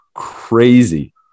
crazy